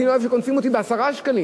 אני לא אוהב שקונסים אותי ב-10 שקלים,